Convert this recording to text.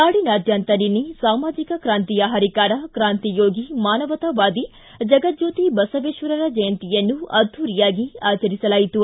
ನಾಡಿನಾದ್ಯಂತ ನಿನ್ನೆ ಸಾಮಾಜಿಕ ಕ್ರಾಂತಿಯ ಹರಿಕಾರ ಕ್ರಾಂತಿಯೋಗಿ ಮಾನವತಾವಾದಿ ಜಗಜ್ಣೋತಿ ಬಸವೇತ್ವರರ ಜಯಂತಿಯನ್ನು ಅದ್ದೂರಿಯಾಗಿ ಆಚರಿಸಲಾಯಿತು